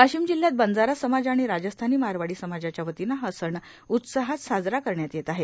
वाशिम जिल्ह्यात बंजारा समाज आणि राजस्थानी मारवाडी समाजाच्या वतीनं हा सण उत्साहात साजरा करण्यात येत आहे